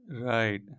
Right